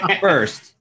first